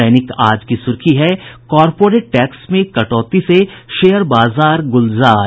दैनिक आज की सुर्खी है कॉरपोरेट टैक्स में कटौती से शेयर बाजार गुलजार